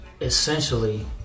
essentially